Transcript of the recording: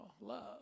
love